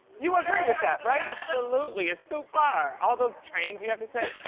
you agree with that, right? absolutely, it's too far. all those trains you have to take.